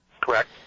Correct